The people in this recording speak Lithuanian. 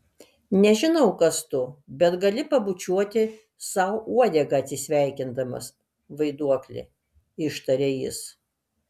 nežinau kas tu bet gali pabučiuoti sau uodegą atsisveikindamas vaiduokli ištarė jis